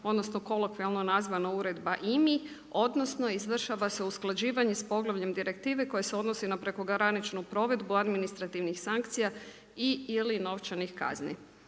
odnosno kolokvijalno nazvan Uredba IMI, odnosno izvršava se usklađivanje s poglavljem direktive koja se odnosi na prekograničnu provedbu administrativnih sankcija i ili novčanih kazni.